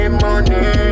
money